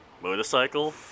motorcycle